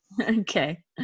Okay